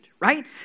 right